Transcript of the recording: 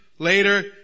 Later